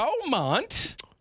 beaumont